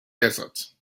desert